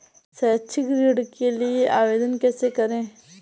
शैक्षिक ऋण के लिए आवेदन कैसे करें?